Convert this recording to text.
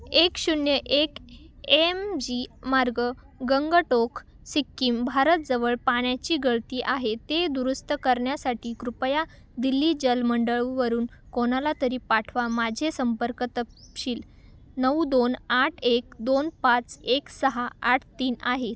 एक शून्य एक एम जी मार्ग गंगटोक सिक्कीम भारतजवळ पाण्याची गळती आहे ते दुरुस्त करण्यासाठी कृपया दिल्ली जलमंडळवरून कोणाला तरी पाठवा माझे संपर्क तपशील नऊ दोन आठ एक दोन पाच एक सहा आठ तीन आहे